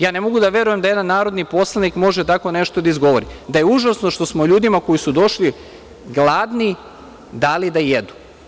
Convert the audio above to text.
Ja ne mogu da verujem da jedan narodni poslanik može tako nešto da izgovori, da je užasno što smo ljudima koji su došli gladni dali da jedu.